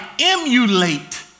emulate